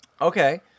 Okay